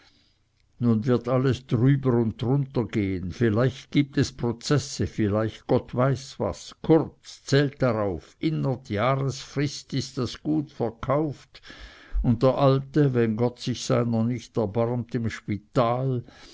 nun wird alles drüber und drunter gehen vielleicht gibt es prozesse vielleicht gott weiß was kurz zählt darauf innerhalb jahresfrist ist das gut verkauft und der alte wenn gott sich seiner nicht erbarmt im spital